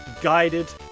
guided